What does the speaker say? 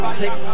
six